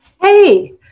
Hey